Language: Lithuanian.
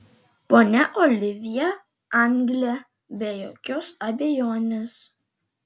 ponia olivjė anglė be jokios abejonės